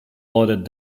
loaded